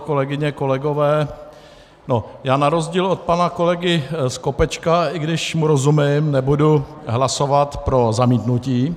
Kolegyně, kolegové, já na rozdíl od pana kolegy Skopečka, i když mu rozumím, nebudu hlasovat pro zamítnutí.